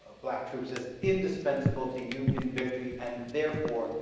ah black troops as indispensable to union victory, and therefore,